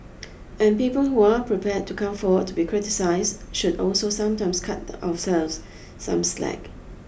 and people who are prepared to come forward to be criticised should also sometimes cut ourselves some slack